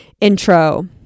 intro